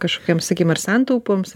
kažkokiom sakykim ar santaupoms